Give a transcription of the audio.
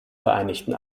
vereinigten